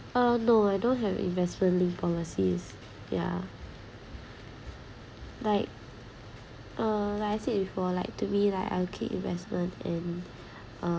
uh no I don't have investment linked policies ya like uh like I said before like to be like l'll keep investment and uh